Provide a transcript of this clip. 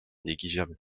négligeable